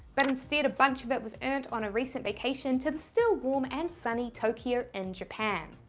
but instead a bunch of it was earned on a recent vacation to the still warm and sunny tokyo in japan.